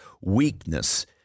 Weakness